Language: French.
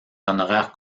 honoraires